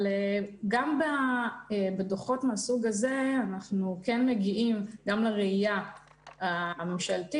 גם בדוחות מהסוג הזה אנחנו כן מגיעים גם לראייה הממשלתית,